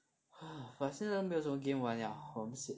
!hais! but 现在都没有什么 game 玩 liao 我很 sian